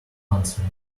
answer